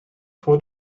voor